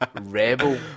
Rebel